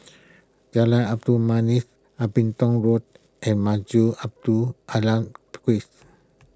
Jalan Labu Manis Abingdon Road and Masjid Abdul Aleem